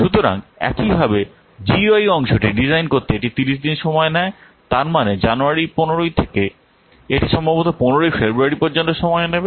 সুতরাং একইভাবে জিইউআই অংশটি ডিজাইন করতে এটি 30 দিন সময় নেয় তার মানে জানুয়ারী 15 থেকে এটি সম্ভবত 15 ই ফেব্রুয়ারী পর্যন্ত সময় নেবে